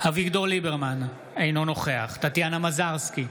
אביגדור ליברמן, אינו נוכח טטיאנה מזרסקי,